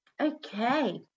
Okay